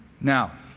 Now